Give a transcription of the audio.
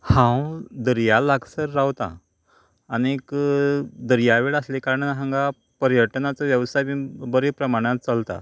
हांव दर्या लागसर रावता आनीक दर्या वेळ आसली कारणान हांगा पर्यटनाचो वेवसाय बीन बरें प्रमाणान चलता